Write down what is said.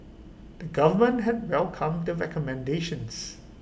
the government had welcomed the recommendations